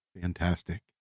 fantastic